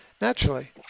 naturally